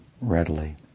readily